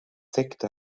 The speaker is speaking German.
sekte